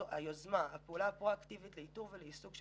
הפעולה הפרואקטיבית לאיתור ולאיסוף של